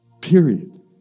period